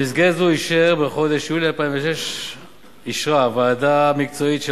במסגרת זו אישרה בחודש יולי 2006 ועדה מקצועית של